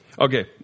Okay